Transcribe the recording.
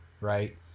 Right